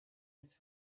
its